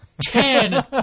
Ten